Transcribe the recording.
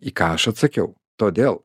į ką aš atsakiau todėl